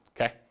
okay